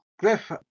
Griff